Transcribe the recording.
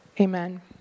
Amen